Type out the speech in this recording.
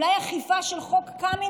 אולי אכיפה של חוק קמיניץ,